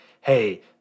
Hey